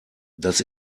das